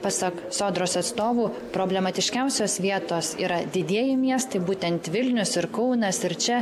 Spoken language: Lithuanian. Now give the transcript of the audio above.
pasak sodros atstovų problematiškiausios vietos yra didieji miestai būtent vilnius ir kaunas ir čia